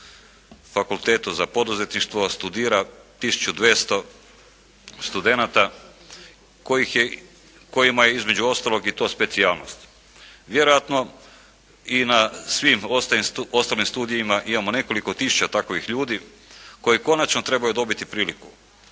fakultetu za poduzetništvo studira tisuću 200 studenata kojima je između ostalog i to specijalnost. Vjerojatno i na svim ostalim studijima imamo nekoliko tisuća takovih ljudi koji konačno trebaju dobiti priliku,